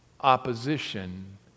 opposition